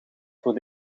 voor